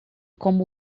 como